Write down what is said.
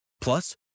Plus